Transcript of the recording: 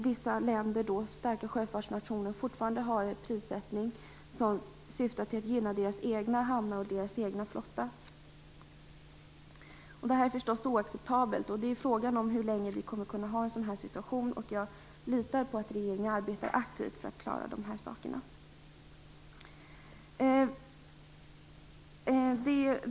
Vissa länder - starka sjöfartsnationer - har fortfarande en prissättning som syftar till att gynna deras egna hamnar och deras egen flotta. Det är förstås oacceptabelt. Frågan är hur länge vi kan ha en sådan situation. Jag litar på att regeringen arbetar aktivt för att klara dessa saker.